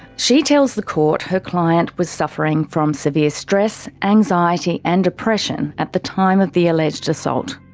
she tells the court her client was suffering from severe stress, anxiety, and depression at the time of the alleged assault.